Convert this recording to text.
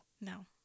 No